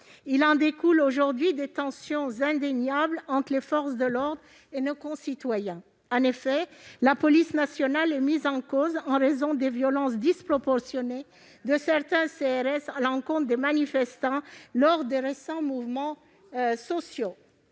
Il en découle, aujourd'hui, des tensions indéniables entre les forces de l'ordre et nos concitoyens. En effet, la police nationale est mise en cause en raison des violences disproportionnées de certains CRS à l'encontre de manifestants lors des récents mouvements sociaux.